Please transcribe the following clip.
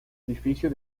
edificio